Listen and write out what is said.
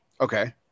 Okay